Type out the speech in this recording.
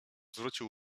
zwrócił